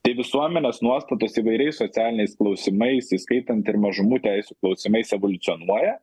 tai visuomenės nuostatos įvairiais socialiniais klausimais įskaitant ir mažumų teisių klausimais evoliucionuoja